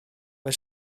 mae